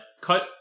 cut